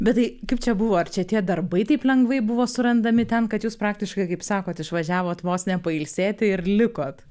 bet tai kaip čia buvo ar čia tie darbai taip lengvai buvo surandami ten kad jūs praktiškai kaip sakot išvažiavot vos ne pailsėti ir likot